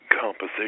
composition